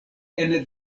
ene